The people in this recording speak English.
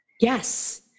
Yes